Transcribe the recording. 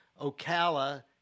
Ocala